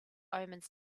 omens